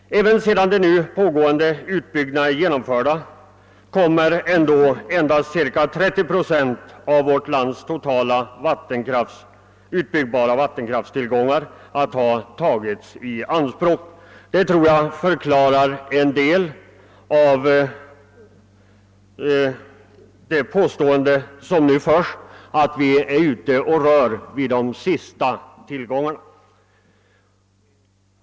Även efter det att de nu pågående utbyggnaderna är genomförda kommer endast ca 30 procent av vårt lands totala utbyggbara vattenkrafttillgångar att ha tagits i anspråk. Jag tror att detta behöver sägas med anledning av de påståenden som gjorts att vi nu rör vid de sista naturtillgångarna.